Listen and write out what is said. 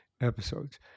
episodes